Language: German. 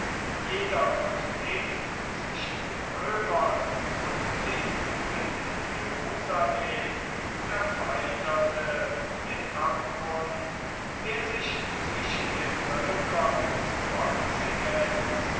jeder konflikt zwischen den römern und den juden in jerusalem erweiterte den abgrund der sich zwischen den völkern des okzidents